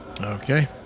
Okay